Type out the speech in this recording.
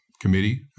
committee